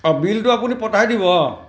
অঁ বিলটো আপুনি পঠাই দিব অঁ